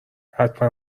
حتما